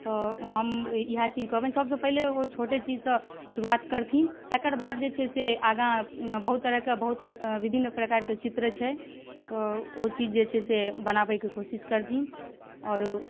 तऽ हम इएह चीज कहबनि सबसँ पहिले ओ छोटे चीजसँ शुरुआत करथिन तकर बाद जे छै से आगाँ बहुत तरहके बहुत विभिन्न प्रकारके चित्र छै तऽ ओ चीज जे छै से बनाबैके कोशिश करथिन आओर